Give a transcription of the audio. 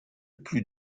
plus